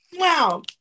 Wow